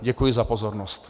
Děkuji za pozornost.